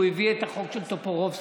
הוא הביא את החוק של טופורובסקי,